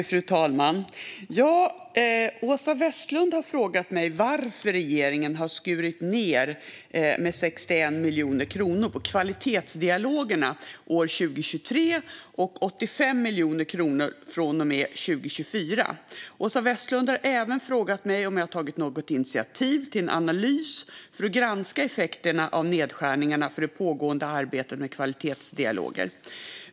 Fru talman! Åsa Westlund har frågat mig varför regeringen har skurit ned på kvalitetsdialogerna med 61 miljoner kronor år 2023 och 85 miljoner kronor från och med 2024. Åsa Westlund har även frågat mig om jag har tagit något initiativ till en analys för att granska effekterna av nedskärningarna av det pågående arbetet med kvalitetsdialoger.